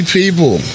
people